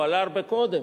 הוא עלה הרבה קודם,